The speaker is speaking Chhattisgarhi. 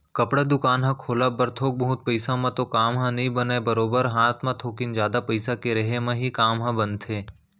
कपड़ा दुकान ह खोलब बर थोक बहुत पइसा म तो काम ह नइ बनय बरोबर हात म थोकिन जादा पइसा के रेहे म ही काम ह बनथे